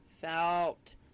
Felt